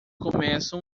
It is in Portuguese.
começo